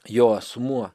jo asmuo